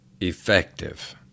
effective